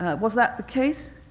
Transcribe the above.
was that the case?